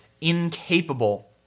incapable